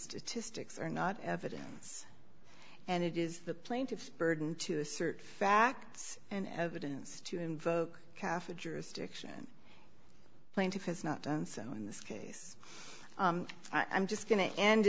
statistics are not evidence and it is the plaintiffs burden to assert facts and evidence to invoke kaffir jurisdiction plaintiff has not done so in this case i'm just going to end